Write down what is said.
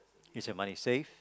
use your money safe